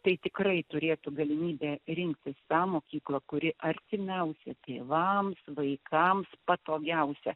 tai tikrai turėtų galimybę rinktis tą mokyklą kuri artimiausia tėvams vaikams patogiausia